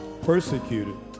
persecuted